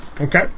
Okay